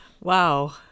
Wow